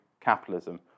capitalism